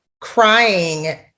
crying